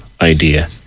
idea